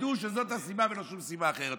תדעו שזאת הסיבה, ולא שום סיבה אחרת.